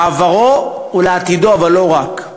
לעברו ולעתידו, אבל לא רק.